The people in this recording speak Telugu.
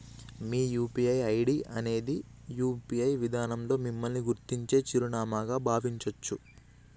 మీ యూ.పీ.ఐ ఐడి అనేది యూ.పీ.ఐ విధానంలో మిమ్మల్ని గుర్తించే చిరునామాగా భావించొచ్చు